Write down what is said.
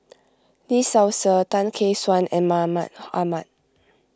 Lee Seow Ser Tan Gek Suan and Mahmud Ahmad